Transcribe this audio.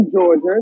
Georgia